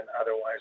otherwise